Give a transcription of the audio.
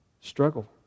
Struggle